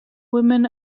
women